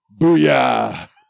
Booyah